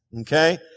okay